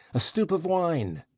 a stoup of wine!